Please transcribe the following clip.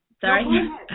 sorry